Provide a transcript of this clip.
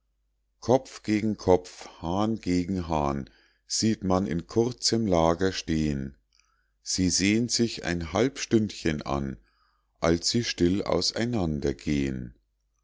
kopf gegen kopf hahn gegen hahn sieht man in kurzem lager stehen sie sehn sich ein halb stündchen an als sie still aus